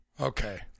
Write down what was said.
Okay